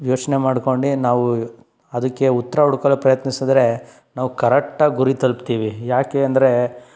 ಯೋಚನೆ ಮಾಡ್ಕೊಂಡು ನಾವು ಅದಕ್ಕೆ ಉತ್ತರ ಹುಡ್ಕಲು ಪ್ರಯತ್ನಿಸಿದ್ರೆ ನಾವು ಕರೆಟ್ಟಾಗಿ ಗುರಿ ತಲುಪ್ತೀವಿ ಯಾಕೆ ಅಂದರೆ